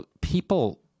people—